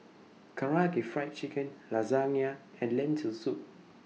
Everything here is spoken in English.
Karaage Fried Chicken Lasagne and Lentil Soup